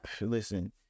listen